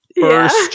first